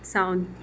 sound